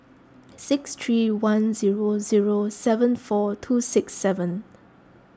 six three one zero zero seven four two six seven